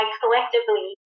collectively